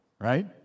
right